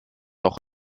auch